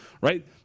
right